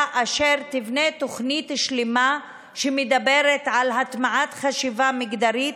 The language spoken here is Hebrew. אשר תבנה תוכנית שלמה שמדברת על הטמעת חשיבה מגדרית,